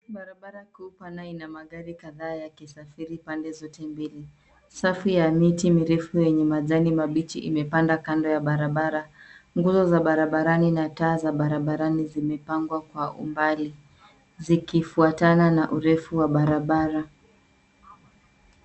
Barabara kuu pana ina magari kadhaa yakisafiri pande zote mbili. Safi ya miti mirefu yenye majani mabichi imepandwa kando ya barabara. Nguzo za barabarani na taa za barabarani zimimepangwa kwa umbali zikifuatana na urefu wa barabara.